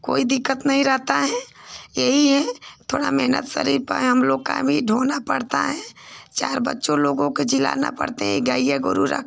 कोई दिक्कत नहीं रहती है यही है थोड़ी मेहनत शरीर पर हमलोग को भी ढोनी पड़ती है चार बच्चों लोगों को जिलाना पड़ता है गइया गोरू रखकर